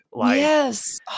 Yes